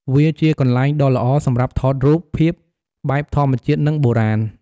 វាជាកន្លែងដ៏ល្អសម្រាប់ថតរូបភាពបែបធម្មជាតិ និងបុរាណ។